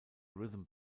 rhythm